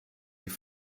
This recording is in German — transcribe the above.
die